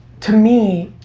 to me,